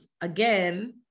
again